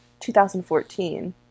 2014